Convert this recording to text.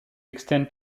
extend